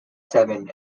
seven